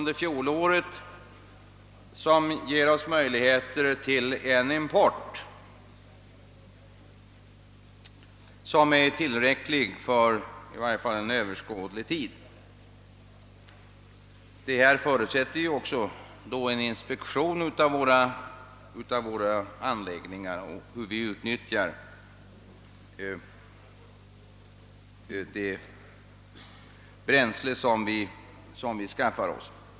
Det ger oss möjligheter till en import som är tillräcklig för i varje fall överskådlig tid. Det förutsätter också en inspektion av våra anläggningar och av hur vi utnyttjar det bränsle som vi skaffar oss.